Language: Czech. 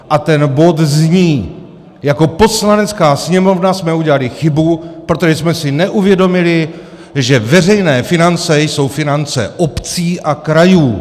A ten bod zní: Jako Poslanecká sněmovna jsme udělali chybu, protože jsme si neuvědomili, že veřejné finance jsou finance obcí a krajů.